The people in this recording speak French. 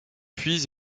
puis